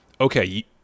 okay